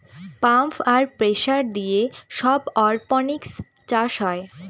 pump আর pressure দিয়ে সব অরপনিক্স চাষ হয়